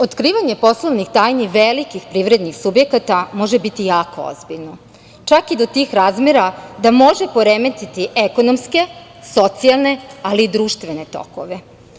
Otkrivanjem poslovnih tajni velikih privrednih subjekata može biti jako ozbiljno, čak i do tih razmera da može poremetiti ekonomske, socijalne, ali i društvene tokove.